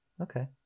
Okay